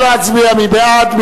נא להצביע, מי בעד?